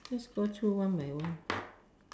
let's go through one by one